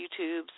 YouTubes